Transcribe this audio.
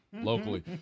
locally